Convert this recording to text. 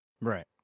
Right